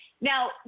Now